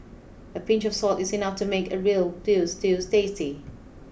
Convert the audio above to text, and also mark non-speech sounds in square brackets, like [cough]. a pinch of salt is enough to make a real veal stew [unintelligible] tasty